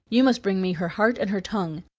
you must bring me her heart and her tongue.